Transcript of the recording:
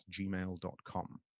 gmail.com